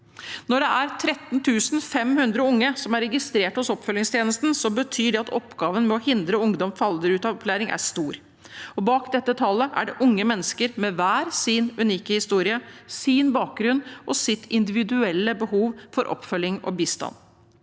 Når det er 13 500 unge som er registrert hos oppfølgingstjenesten, betyr det at oppgaven med å hindre at ungdom faller ut av opplæring er stor. Og bak dette tallet er det unge mennesker med hver sin unike historie, sin bakgrunn og sitt individuelle behov for oppfølging og bistand.